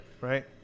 Right